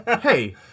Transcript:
hey